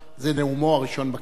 זהו נאומו הראשון בכנסת.